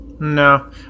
No